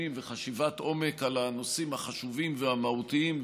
וחשיבת עומק על הנושאים החשובים והמהותיים.